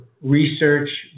research